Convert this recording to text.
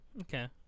Okay